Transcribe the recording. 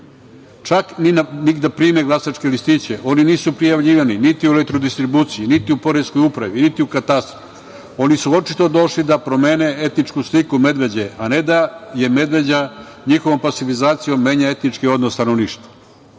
čak ni da primi glasačke listiće. Oni nisu prijavljivani niti u elektrodistribuciji, niti u poreskoj upravi, niti u katastru. Oni su očito došli da promene etičku sliku Medveđe, a ne da je Medveđa njihovom pasivizacijom menja etički odnos stanovništva.